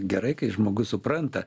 gerai kai žmogus supranta